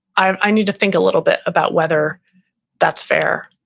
i need to think a little bit about whether that's fair,